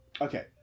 Okay